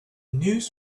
news